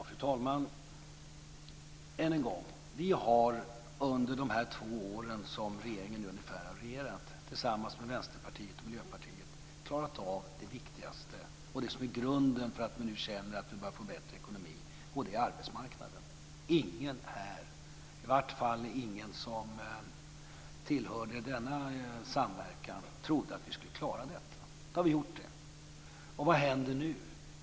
Fru talman! Än en gång: Vi har under de cirka två år som regeringen har regerat tillsammans med Vänsterpartiet och Miljöpartiet klarat av det viktigaste och det som är grunden för att vi nu känner att vi börjar få bättre ekonomi, och det är arbetsmarknaden. Ingen här - i varje fall ingen som inte tillhörde denna samverkan - trodde att vi skulle klara detta. Nu har vi gjort det. Vad händer nu?